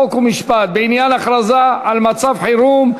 חוק ומשפט בעניין הכרזה על מצב חירום,